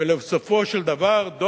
ובסופו של דבר,